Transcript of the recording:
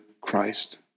Christ